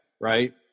Right